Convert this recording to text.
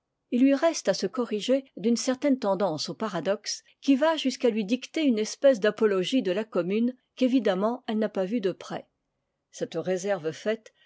il lui reste à se corriger d'une certaine tendance au paradoxe qui va jusqu'à lui dicter une espèce d'apologie de la commune qu'évidemment elle n'a pas vue de près cette réserve faite